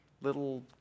little